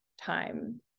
time